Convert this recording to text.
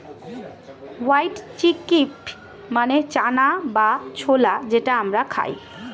white chickpea মানে চানা বা ছোলা যেটা আমরা খাই